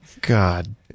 God